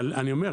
אבל אני אומר,